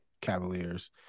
Cavaliers